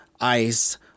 ice